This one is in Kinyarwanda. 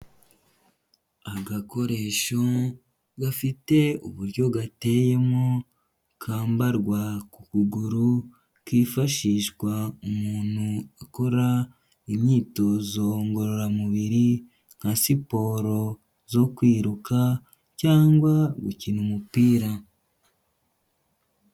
Agakoresho gafite uburyo gateyemo kambarwa ku kuguru kifashishwa umuntu akora imyitozo ngororamubiri, nka siporo zo kwiruka cyangwa gukina umupira.